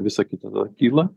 visa kita dabar kyla